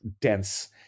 dense